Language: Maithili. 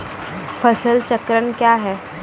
फसल चक्रण कया हैं?